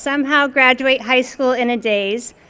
somehow graduate high school in a daze,